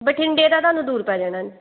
ਬਠਿੰਡੇ ਦਾ ਤੁਹਾਨੂੰ ਦੂਰ ਪੈ ਜਾਣਾ